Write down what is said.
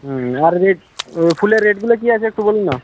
হ্যাঁ আর রেট ফুলের রেটগুলো কি আছে একটু বলুন না